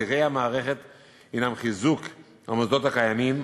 אתגרי המערכת הם חיזוק המוסדות הקיימים,